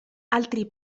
altri